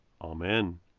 Amen